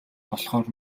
болохоор